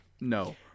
No